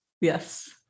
Yes